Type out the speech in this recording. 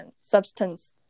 Substance